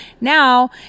Now